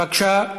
בבקשה,